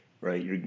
right